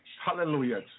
Hallelujah